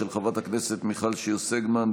של חברת הכנסת מיכל שיר סגמן,